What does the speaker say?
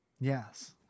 yes